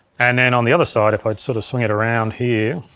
and then on the other side, if i sort of swing it around here,